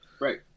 Right